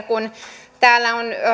kun täällä on